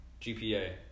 GPA